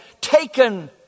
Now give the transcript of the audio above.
taken